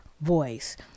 voice